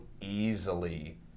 easily